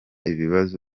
ibibazo